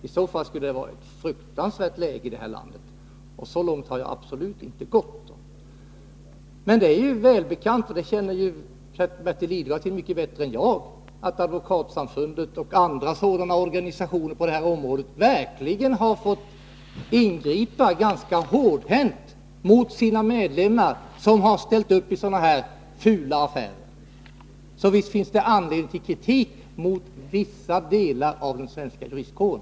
I så fall skulle läget i det här landet vara fruktansvärt. Så långt har jag alltså absolut inte gått. Det är emellertid välbekant — det känner Bertil Lidgard till mycket bättre än jag - att Advokatsamfundet och andra organisationer i detta sammanhang har fått ingripa ganska hårdhänt mot medlemmar som har ställt upp i s.k. fula affärer. Så visst finns det anledning att rikta kritik mot vissa inom den svenska juristkåren.